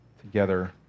together